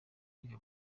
kwiga